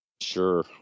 Sure